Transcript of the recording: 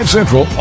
Central